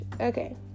okay